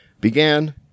began